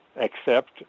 accept